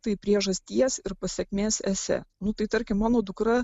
tai priežasties ir pasekmės esė nu tai tarkim mano dukra